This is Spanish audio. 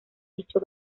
dicho